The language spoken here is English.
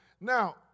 Now